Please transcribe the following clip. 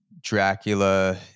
Dracula